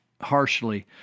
harshly